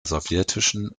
sowjetischen